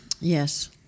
Yes